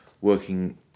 working